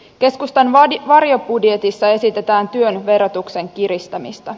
keskustan varjobudjetissa esitetään työn verotuksen kiristämistä